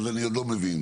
אני עוד לא מבין.